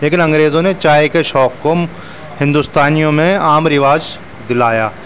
لیکن انگریزوں نے چائے کے شوق کو ہندوستانیوں میں عام رواج دلایا